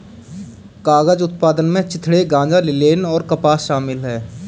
कागज उत्पादन में चिथड़े गांजा लिनेन और कपास शामिल है